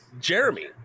Jeremy